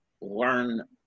learn